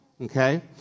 Okay